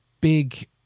big